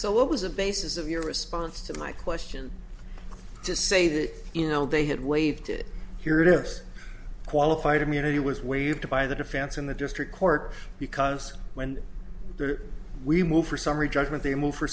so what was a basis of your response to my question to say that you know they had waived it here it is qualified immunity was waived by the defense in the district court because when we move for summary judgment they move for